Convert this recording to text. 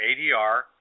ADR